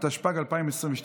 התשפ"ג 2022,